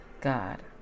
God